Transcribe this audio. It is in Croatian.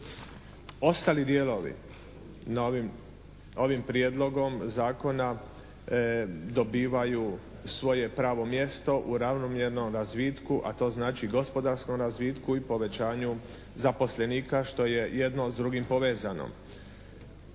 ostali dijelovi ovim prijedlogom zakona dobivaju svoje pravo mjesto u ravnomjernom razvitku a to znači gospodarskom razvitku i povećanju zaposlenika što je jedno s drugim povezano.